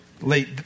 Late